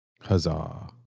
huzzah